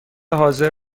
حاضر